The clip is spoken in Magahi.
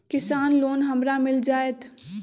किसान लोन हमरा मिल जायत?